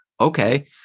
Okay